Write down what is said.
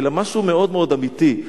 אלא משהו מאוד מאוד אמיתי.